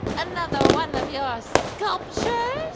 another one of your sculptures?